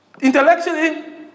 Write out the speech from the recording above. Intellectually